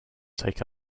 take